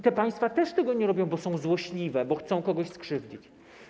Te państwa też tego nie robią, bo są złośliwe, bo chcą kogoś skrzywdzić.